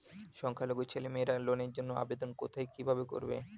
সংখ্যালঘু ছেলেমেয়েরা লোনের জন্য আবেদন কোথায় কিভাবে করবে?